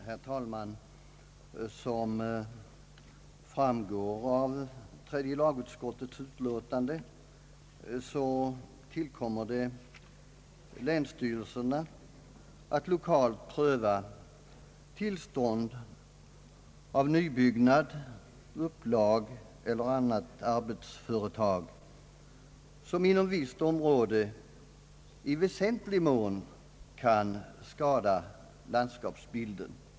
Herr talman! Som framgår av tredje lagutskottets utlåtande tillkommer det länsstyrelserna att lokalt pröva tillstånd när det gäller nybyggnad, upplag eller annat arbetsföretag som inom visst område i väsentlig mån kan skada landskapsbilden.